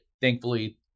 thankfully